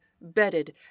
bedded